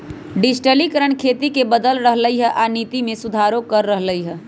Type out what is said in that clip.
डिजटिलिकरण खेती के बदल रहलई ह आ नीति में सुधारो करा रह लई ह